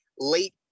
late